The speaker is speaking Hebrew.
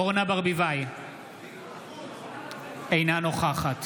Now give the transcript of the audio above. אינה נוכחת